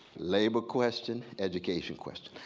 labor question, education question.